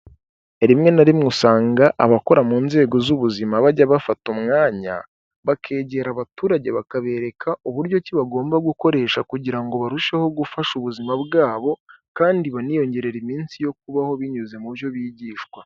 Rimwe na rimwe usanga, abakora mu nzego z'ubuzima bajya bafata umwanya, bakegera abaturage bakabereka, uburyo ki bagomba gukoresha, kugira ngo barusheho gufasha ubuzima bwabo, kandi baniyongere iminsi yo kubaho, binyuze mu byo bigishwa.